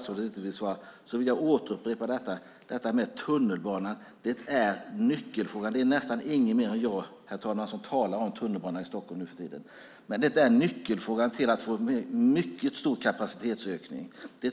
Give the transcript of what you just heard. Slutligen vill jag upprepa detta med tunnelbanan. Det är nästan ingen mer än jag, herr talman, som talar om tunnelbanan i Stockholm nu för tiden. Nyckeln till att få en mycket stor kapacitetsökning